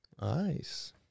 nice